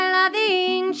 loving